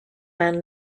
man